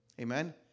Amen